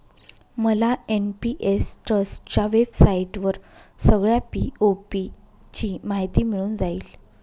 मला एन.पी.एस ट्रस्टच्या वेबसाईटवर सगळ्या पी.ओ.पी ची माहिती मिळून जाईल